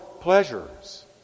pleasures